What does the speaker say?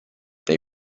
they